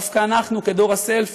דווקא אנחנו, דור הסלפי,